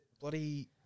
bloody